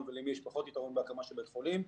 ולמי יש פחות יתרון בהקמת בית החולים,